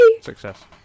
Success